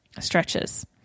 stretches